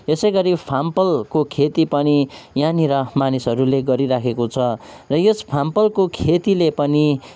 यसै गरी फामफलको खेती पनि यहाँनिर मानिसहरूले गरिरहेको छ र यस फामफलको खेतीले पनि